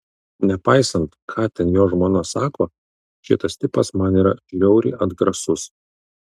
nepaisant ką ten jo žmona sako šitas tipas man yra žiauriai atgrasus